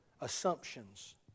assumptions